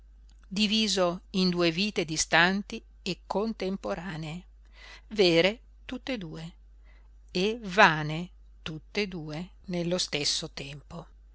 diviso in due vite distanti e contemporanee vere tutt'e due e vane tutte e due nello stesso tempo